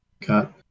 cut